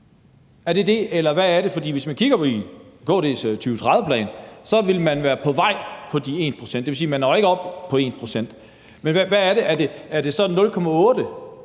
Er det det? Eller hvad er det? For hvis man kigger på KD's 2030-plan, vil man være på vej mod 1 pct., dvs. at man ikke når op på 1 pct. Men er det så ved 0,8